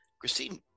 Christine